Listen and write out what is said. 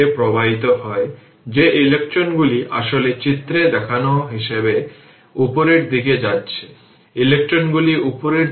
সুতরাং এই ভোল্টেজ মানে 0 থেকে 2 পর্যন্ত ভোল্টেজ এটি একটি সময় পরিবর্তিত